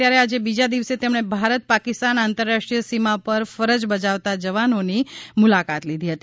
ત્યારે આજે બીજા દિવસે તેમણે ભારત પાકિસ્તાન આંતરરાષ્ટ્રીય સીમા પર ફરજ બજાવતા જવાનોની મુલાકાત લીધી હતી